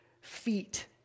feet